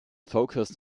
focused